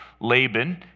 laban